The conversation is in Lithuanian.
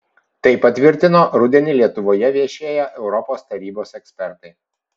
tai patvirtino rudenį lietuvoje viešėję europos tarybos ekspertai